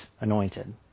anointed